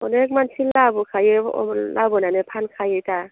अनेक मानि लाबोखायो लाबोनानै फानखायोखा